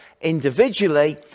individually